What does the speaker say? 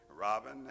Robin